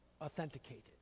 authenticated